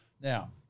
Now